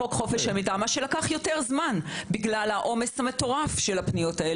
חוץ מחוק חופש המידע בנושא הקורונה יש עוד פניות חוק חופש מידע על עוד